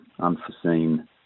unforeseen